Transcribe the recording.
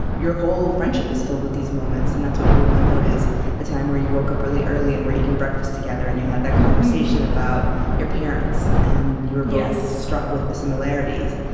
your whole friendship is filled with these moments. and that's what you remember, is the time you woke up really early and were making breakfast together, and you had that conversation about your parents, and you were both struck with the similarities.